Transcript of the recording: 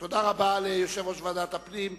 תודה רבה ליושב-ראש ועדת הפנים.